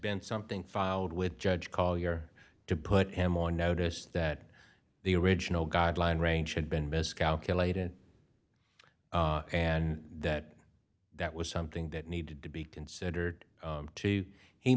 been something filed with judge call here to put him on notice that the original guideline range had been miscalculated and that that was something that needed to be considered too he